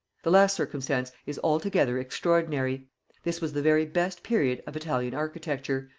the last circumstance is altogether extraordinary this was the very best period of italian architecture,